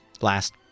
last